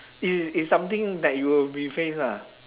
is is something that you will be face lah